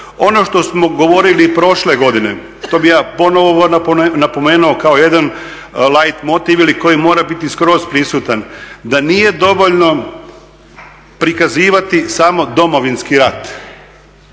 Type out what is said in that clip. Ono što smo govorili prošle godine, to bih ja ponovo napomenuo kao jedan light motiv ili koji mora biti skroz prisutan, da nije dovoljno prikazivati samo Domovinski rat,